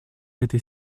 этой